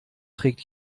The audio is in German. trägt